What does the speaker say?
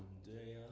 day